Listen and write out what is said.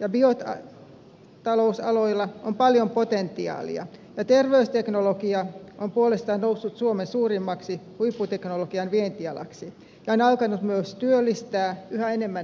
ja biotalousaloilla on paljon potentiaalia ja terveysteknologia on puolestaan noussut suomen suurimmaksi huipputeknologian vientialaksi ja on alkanut myös työllistää yhä enemmän väkeä